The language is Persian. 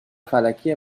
فلکی